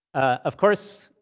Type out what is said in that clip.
of course,